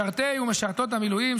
משרתי ומשרתות המילואים,